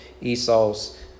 Esau's